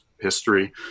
history